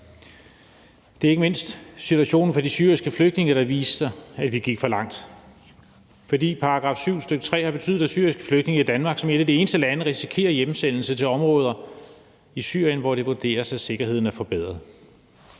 Det er ikke mindst situationen for de syriske flygtninge, der viser, at vi gik for langt, fordi § 7, stk. 3, har betydet, at Danmark er et af de eneste lande, hvor syriske flygtninge risikerer hjemsendelse til områder i Syrien, hvor det vurderes, at sikkerheden er forbedret.